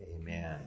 Amen